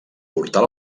portal